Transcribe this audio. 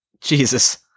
Jesus